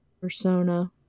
persona